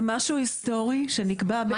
זה משהו היסטורי שנקבע בעבר.